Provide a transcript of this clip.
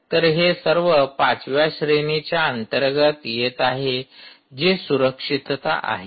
तर हे सर्व पाचव्या श्रेणीच्या अंतर्गत येत आहे जे सुरक्षितता आहे